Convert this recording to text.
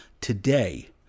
Today